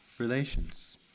relations